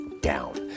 down